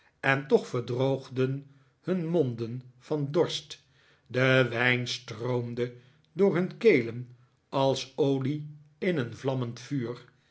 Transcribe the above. en toch verdroogden hun monden van dorst de wijn stroomde door hun kelen als olie in een vlammend vuur